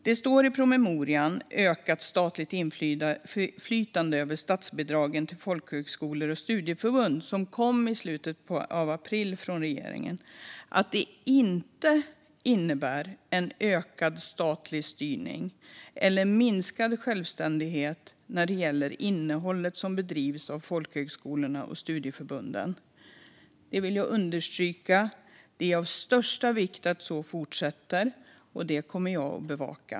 Det står i promemorian Ökat statligt inflytande över statsbidraget till folkhögskolor och studieförbund , som kom från regeringen i slutet av april, att detta inte innebär någon ökad statlig styrning eller minskad självständighet när det gäller innehållet som bedrivs av folkhögskolorna och studieförbunden. Det vill jag understryka. Det är av största vikt att det fortsätter så, och det kommer jag att bevaka.